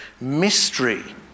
mystery